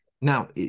Now